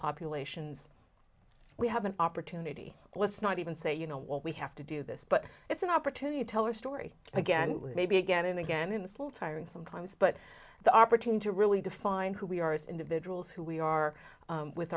populations we have an opportunity let's not even say you know what we have to do this but it's an opportunity to tell our story again maybe again and again in school tiring sometimes but the opportunity to really define who we are as individuals who we are with